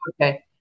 Okay